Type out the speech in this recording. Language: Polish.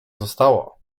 zostało